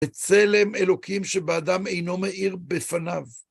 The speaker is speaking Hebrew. בצלם אלוקים שבאדם אינו מאיר בפניו.